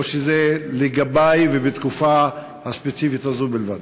או שזה לגבַי ובתקופה הספציפית הזו בלבד?